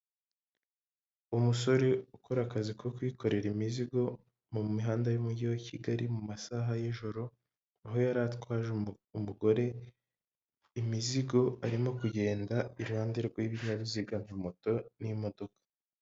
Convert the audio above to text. Umusore ukora akazi ko kwikorera imizigo mu mihanda y'umujyi wa Kigali mu masaha y'ijoro, aho yari atwaje umugore imizigo, arimo kugenda iruhande rw'ibinyabiziga nka moto n'imodoka.